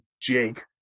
jake